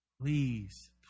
please